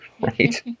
Right